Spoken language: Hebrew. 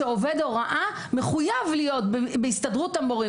שעובד הוראה מחויב להיות בהסתדרות המורים